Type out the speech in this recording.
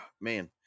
man